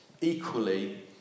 Equally